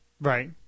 Right